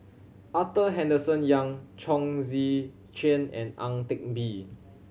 Arthur Henderson Young Chong Tze Chien and Ang Teck Bee